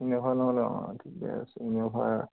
Innova নহ'লে অঁ ঠিকে আছে ইন'ভা